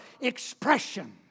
expression